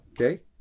okay